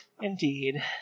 Indeed